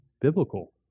biblical